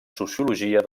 sociologia